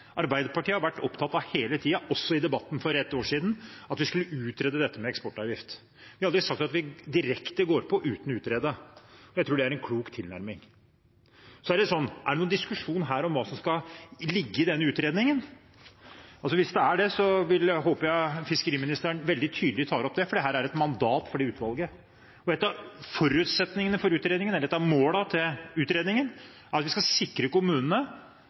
Arbeiderpartiet har vært opptatt av hele tiden, også i debatten for ett år siden, at vi skulle utrede dette med eksportavgift. Vi har aldri sagt at vi går direkte på uten å utrede. Jeg tror det er en klok tilnærming. Er det noen diskusjon her om hva som skal ligge i denne utredningen? Hvis det er det, håper jeg at fiskeriministeren veldig tydelig tar opp det, for her er det et mandat for utvalget. Og en av forutsetningene for utredningen, eller et av målene for utredningen, er at vi skal sikre kommunene